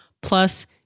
Plus